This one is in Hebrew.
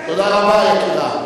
תודה רבה, יקירה.